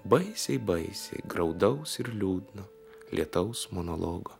baisiai baisiai graudaus ir liūdno lietaus monologo